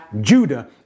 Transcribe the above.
Judah